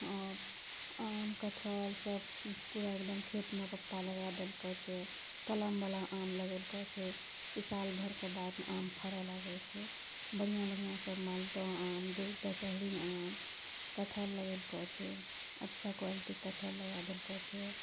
आओर आम कटहल सब पूरा एकदम खेतमे पप्पा लगा देलकै छै कलमवला आम लगेलके छै कि साल भरके बाद आम फरै लागे छै बढ़िआँ बढ़िआँ सब मालदह आम दशहरी आम कटहल लगेलके छै अच्छा क्वालिटी के कटहल लगा देलकै छै